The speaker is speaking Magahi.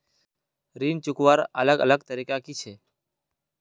ऋण चुकवार अलग अलग तरीका कि छे?